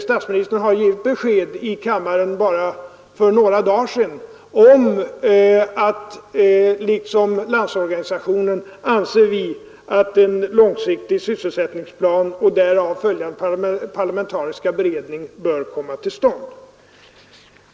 Statsministern gav för bara några dagar sedan besked i kammaren om att vi liksom Landsorganisationen anser att en långsiktig sysselsättningsplan och därav följande parlamentarisk utredning bör komma till stånd.